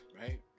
right